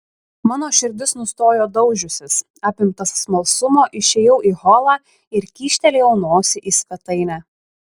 mano širdis nustojo daužiusis apimtas smalsumo išėjau į holą ir kyštelėjau nosį į svetainę